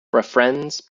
befriends